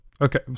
Okay